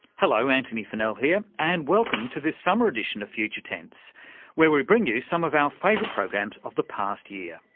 hello, antony funnell here and welcome to this summer edition of future tense where we bring some of our favourite programmes of the past year.